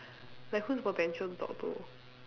like who's potential to talk to